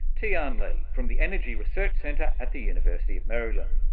tian li from the energy research centre at the university of maryland.